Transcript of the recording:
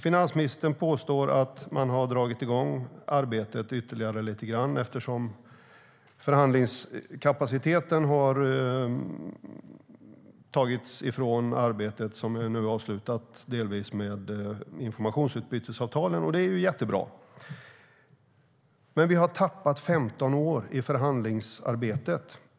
Finansministern påstår att arbetet har dragits igång ytterligare eftersom förhandlingskapaciteten har tagits från det avslutade arbetet med informationsutbytesavtalen. Det är bra. Men vi har tappat 15 år i förhandlingsarbetet.